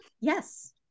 Yes